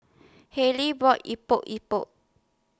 Hallie bought Epok Epok